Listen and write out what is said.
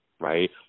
Right